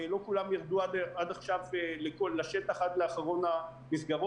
לא כולם ירדו עד עכשיו לשטח עד לאחרון המסגרות,